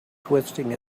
twisting